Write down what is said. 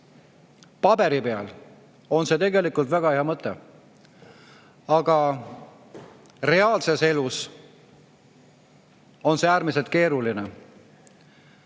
Paberi peal on see tegelikult väga hea mõte, aga reaalses elus on see äärmiselt keeruline.